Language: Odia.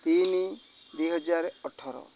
ତିନି ଦୁଇ ହଜାର ଅଠର